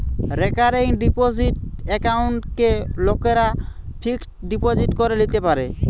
recurring deposit একাউন্টকে লোকরা fixed deposit করে লিতে পারে